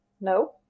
No